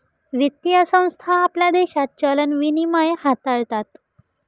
वित्तीय संस्था आपल्या देशात चलन विनिमय हाताळतात